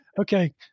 Okay